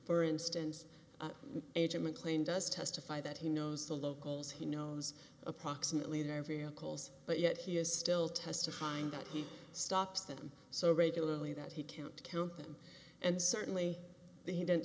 for instance agent mcclain does testify that he knows the locals he knows approximately their vehicles but yet he is still testifying that he stops them so regularly that he can't count them and certainly they don't